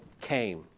came